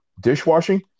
dishwashing